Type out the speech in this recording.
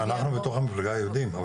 אנחנו בתוך המפלגה יודעים.